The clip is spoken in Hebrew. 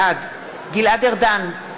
בעד גלעד ארדן,